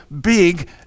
big